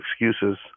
excuses